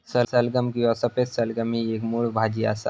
सलगम किंवा सफेद सलगम ही एक मुळ भाजी असा